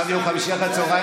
עכשיו יום חמישי אחרי הצוהריים,